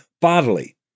bodily